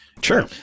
Sure